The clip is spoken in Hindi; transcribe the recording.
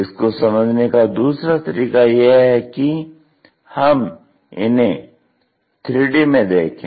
इसको समझने का दूसरा तरीका यह है कि हम इन्हे 3D में देखें